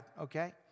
okay